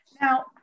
Now